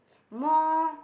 more